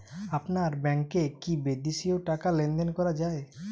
আপনার ব্যাংকে কী বিদেশিও টাকা লেনদেন করা যায়?